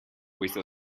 questa